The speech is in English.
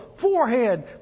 forehead